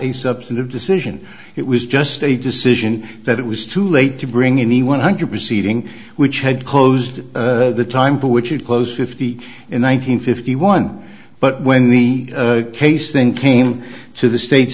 a substantive decision it was just a decision that it was too late to bring any one hundred proceeding which had closed the time for which it closed fifty in one nine hundred fifty one but when the case then came to the state